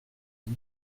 dix